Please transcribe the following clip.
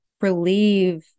relieve